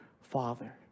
Father